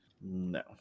no